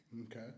Okay